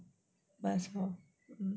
nice hor